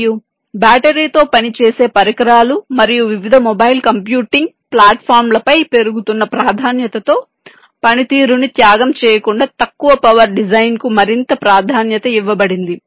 మరియు బ్యాటరీతో పనిచేసే పరికరాలు మరియు వివిధ మొబైల్ కంప్యూటింగ్ ప్లాట్ఫామ్లపై పెరుగుతున్న ప్రాధాన్యతతో పనితీరును త్యాగం చేయకుండా తక్కువ పవర్ డిజైన్ కు మరింత ప్రాధాన్యత ఇవ్వబడింది